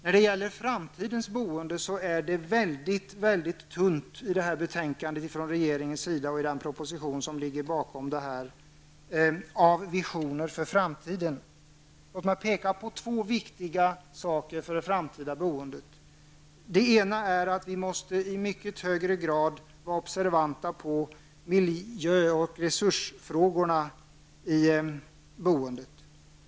När det gäller framtidens boende och visioner för framtiden är det väldigt tunt i betänkandet från regeringens sida och i propositionen. Låt mig peka på två viktiga saker för det framtida boendet. Det ena är att vi i mycket högre grad måste vara observanta på miljö och resursfrågorna i boendet.